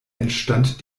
entstand